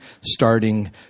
starting